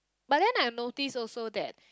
but then I notice also that